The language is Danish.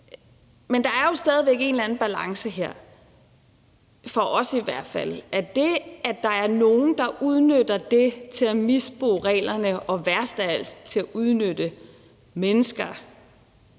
Men der er jo stadig væk en eller anden balance her, for os i hvert fald, i forhold til at det, at der er nogen, der udnytter det til at misbruge reglerne og værst af alt til at udnytte mennesker